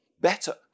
better